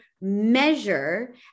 measure